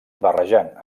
barrejant